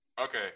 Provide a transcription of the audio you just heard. Okay